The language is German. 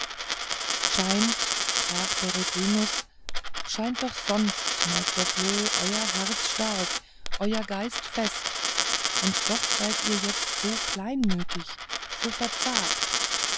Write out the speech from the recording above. scheint sprach peregrinus scheint doch sonst meister floh euer herz stark euer geist fest und doch seid ihr jetzt so kleinmütig so verzagt